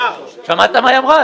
שמעת מה עליזה אמרה?